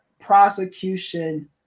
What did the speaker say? prosecution